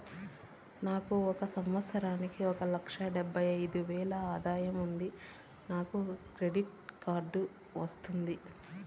నాకు ఒక సంవత్సరానికి ఒక లక్ష డెబ్బై అయిదు వేలు ఆదాయం ఉంది నాకు క్రెడిట్ కార్డు వస్తుందా?